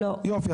יופי.